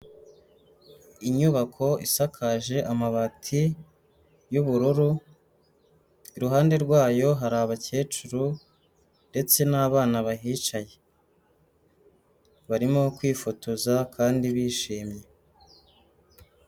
Inyubako isakaje amabati y'ubururu iruhande rwayo hari abakecuru ndetse n'abana bahicaye, barimo kwifotoza kandi bishimye.